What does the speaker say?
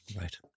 right